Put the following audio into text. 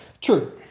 True